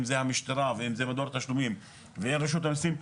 אם זה משטרה או אם זה מדור תשלומים ורשות המיסים,